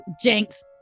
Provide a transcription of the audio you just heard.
Jinx